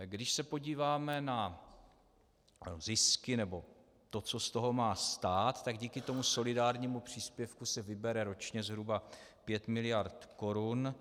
Když se podíváme na zisky, co z toho má stát, tak díky tomuto solidárnímu příspěvku se vybere ročně zhruba 5 mld. korun.